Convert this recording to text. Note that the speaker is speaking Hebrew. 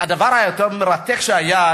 שהדבר היותר מרתק שהיה,